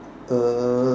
uh